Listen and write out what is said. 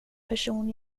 person